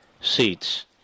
seats